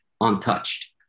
untouched